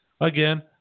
Again